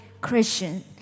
Christian